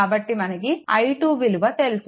కాబట్టి మనకు i2 విలువ తెలుసు